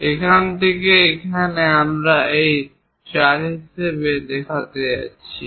এবং এখান থেকে এখানে আমরা এটি 4 হিসাবে দেখাতে যাচ্ছি